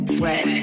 sweat